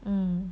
嗯